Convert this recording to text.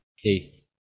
Hey